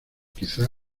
quizá